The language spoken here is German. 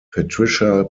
patricia